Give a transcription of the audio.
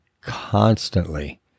constantly